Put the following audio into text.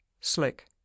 slick